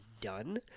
done